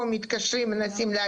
מתקדמים.